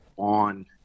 on